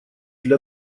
для